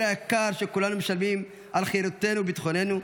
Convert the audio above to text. היקר שכולנו משלמים על חירותנו וביטחוננו.